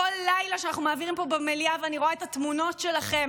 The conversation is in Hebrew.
כל לילה שאנחנו מעבירים פה במליאה ואני רואה את התמונות שלכם,